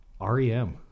REM